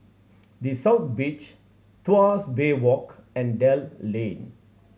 The South Beach Tuas Bay Walk and Dell Lane